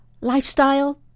lifestyle